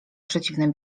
przeciwne